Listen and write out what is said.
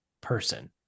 person